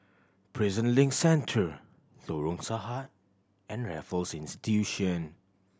Prison Link Centre Lorong Sahad and Raffles Institution